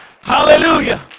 Hallelujah